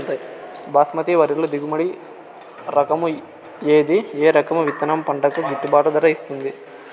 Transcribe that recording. బాస్మతి వరిలో దిగుబడి రకము ఏది ఏ రకము విత్తనం పంటకు గిట్టుబాటు ధర ఇస్తుంది